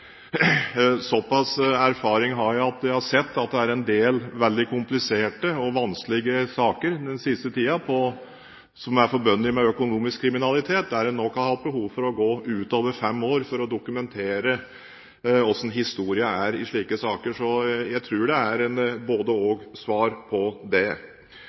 såpass med erfaring har jeg at jeg har sett at det har vært en del veldig kompliserte og vanskelige saker den siste tiden som har vært forbundet med økonomisk kriminalitet, der en nok har hatt behov for å gå utover fem år for å dokumentere hvordan historien har vært i slike saker. Så jeg tror det er et både–og-svar på det.